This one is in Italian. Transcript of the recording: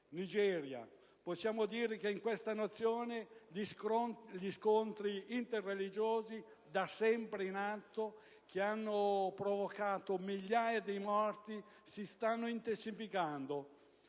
Nigeria: possiamo dire che in questa Nazione gli scontri interreligiosi da sempre in atto, e che hanno provocato migliaia di morti, si stanno intensificando.